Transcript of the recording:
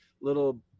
little